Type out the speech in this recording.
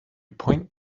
point